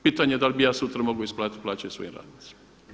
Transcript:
Pitanje da li bi ja sutra mogao isplatiti plaće svojim radnicima?